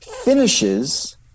finishes